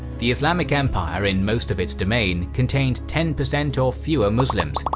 the islamic empire in most of its demesne contained ten percent or fewer muslims,